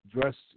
dressed